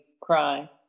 cry